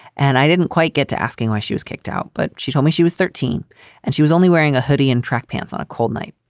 and i didn't quite get to asking why she was kicked out. but she told me she was thirteen and she was only wearing a hoodie and track pants on a cold night.